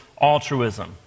altruism